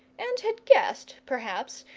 and had guessed, perhaps,